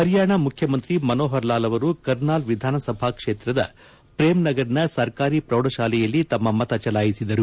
ಹರಿಯಾಣ ಮುಖ್ಲಮಂತ್ರಿ ಮನೋಹರ್ ಲಾಲ್ ಅವರು ಕರ್ನಾಲ್ ವಿಧಾನಸಭಾ ಕ್ಷೇತ್ರದ ಶ್ರೇಮ್ ನಗರ್ನ ಸರ್ಕಾರಿ ಪ್ರೌಢಶಾಲೆಯಲ್ಲಿ ತಮ್ಮ ಮತ ಚಲಾಯಿಸಿದರು